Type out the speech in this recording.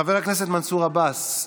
חבר הכנסת מנסור עבאס,